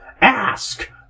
ask